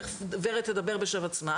תכף הגברת תדבר בשם עצמה.